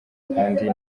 kandi